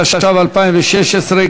התשע"ו 2016,